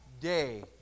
day